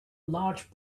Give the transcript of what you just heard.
large